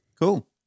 Cool